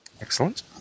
Excellent